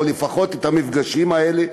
או לפחות המפגשים האלה,